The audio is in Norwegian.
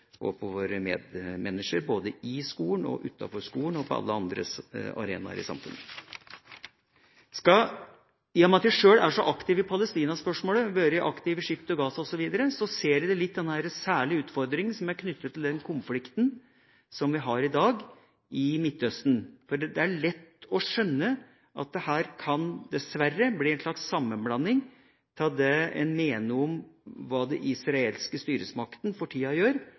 måte overfor våre medmennesker – i skolen, utenfor skolen og på alle andre arenaer i samfunnet. I og med at jeg sjøl er så aktiv i Palestina-spørsmålet, bl.a. gjennom Ship to Gaza, ser jeg den særlige utfordringen som er knyttet til Midtøsten-konflikten. Det er lett å skjønne at det her dessverre kan bli en slags sammenblanding av det en mener om hva de israelske styresmaktene for tida